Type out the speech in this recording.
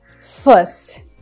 first